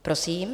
Prosím.